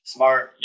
Smart